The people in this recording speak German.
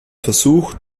versuch